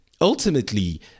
ultimately